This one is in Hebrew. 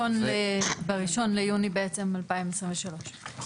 ב-1 ביוני בעצם 2023. נכון.